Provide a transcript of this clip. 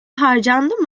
harcandı